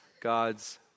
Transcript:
God's